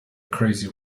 crazy